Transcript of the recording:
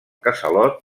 casalot